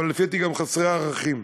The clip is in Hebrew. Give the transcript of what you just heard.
ולפי דעתי גם חסרי ערכים.